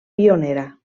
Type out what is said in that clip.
pionera